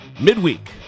Midweek